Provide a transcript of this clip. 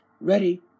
Ready